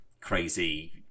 crazy